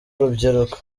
urubyiruko